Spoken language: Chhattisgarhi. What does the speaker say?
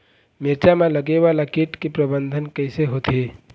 मिरचा मा लगे वाला कीट के प्रबंधन कइसे होथे?